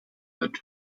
that